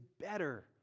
better